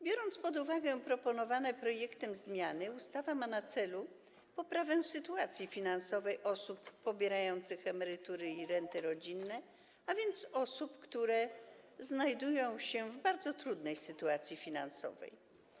Biorąc pod uwagę proponowane w projekcie zmiany, ustawa ma na celu poprawę sytuacji finansowej osób pobierających emerytury i renty rodzinne, a więc osób, które znajdują się w bardzo trudnej sytuacji finansowej.